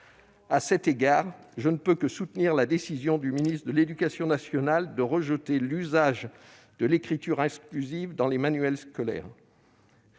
À cet égard, je ne peux que soutenir la décision du ministre de l'éducation nationale de rejeter l'usage de l'écriture inclusive dans les manuels scolaires.